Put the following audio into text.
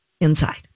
inside